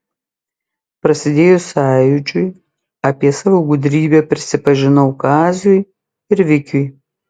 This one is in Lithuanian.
prasidėjus sąjūdžiui apie savo gudrybę prisipažinau kaziui ir vikiui